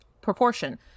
proportion